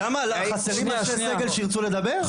למה חסרים אנשי סגל שירצו לדבר?